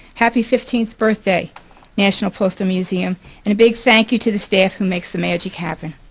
happy fifteenth birthday national postal museum and a big thank you to the staff who makes the magic happen.